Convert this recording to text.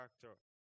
character